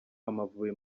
amavubi